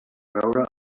veure